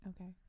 Okay